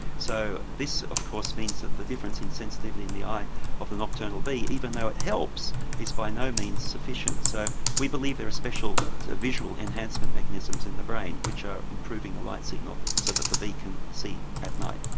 so this of course means the difference in sensitivity in the eye of the nocturnal bee, even though it helps, is by no means sufficient so we believe there are special visual enhancement mechanisms in the brain which are improving the light signal so that the bee can see at night.